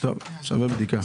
זה שווה בדיקה.